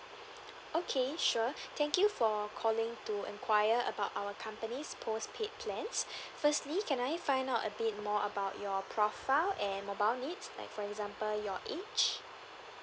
okay sure thank you for calling to enquire about our company's postpaid plans firstly can I find out a bit more about your profile and mobile needs like for example your age